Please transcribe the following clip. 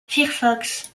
firefox